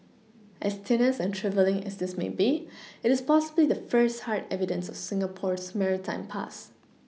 as tenuous and trifling as this may be it is possibly the first hard evidence of Singapore's maritime past